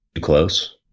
close